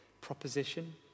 proposition